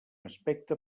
aspecte